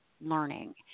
learning